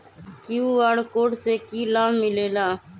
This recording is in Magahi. कियु.आर कोड से कि कि लाव मिलेला?